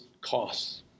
costs